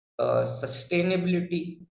sustainability